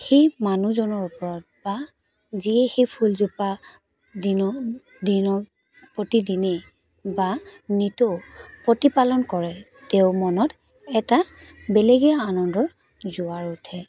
সেই মানুহজনৰ ওপৰত বা যিয়ে সেই ফুলজোপা দিনক দিনক প্ৰতি দিনে বা নিতৌ প্ৰতিপালন কৰে তেওঁৰ মনত এটা বেলেগেই আনন্দৰ জোৱাৰ উঠে